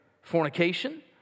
fornication